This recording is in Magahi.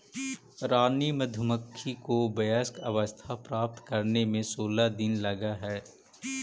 रानी मधुमक्खी को वयस्क अवस्था प्राप्त करने में सोलह दिन लगह हई